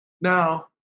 Now